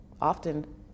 often